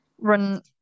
Run